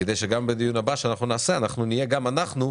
כדי שגם בדיון הבא שנעשה אנחנו נהיה, גם אנחנו,